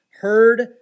heard